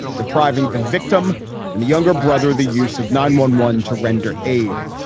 depriving the victim and the younger brother the use of nine one one to render aid.